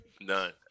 None